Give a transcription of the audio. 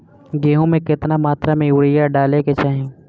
गेहूँ में केतना मात्रा में यूरिया डाले के चाही?